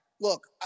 Look